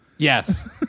Yes